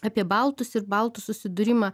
apie baltus ir baltų susidūrimą